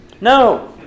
No